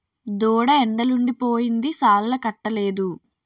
దూడ ఎండలుండి పోయింది సాలాలకట్టలేదు